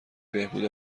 بهبود